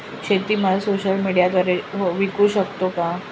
शेतीमाल सोशल मीडियाद्वारे विकू शकतो का?